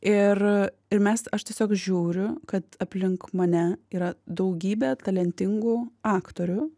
ir ir mes aš tiesiog žiūriu kad aplink mane yra daugybė talentingų aktorių